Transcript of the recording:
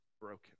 broken